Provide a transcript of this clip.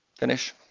finish,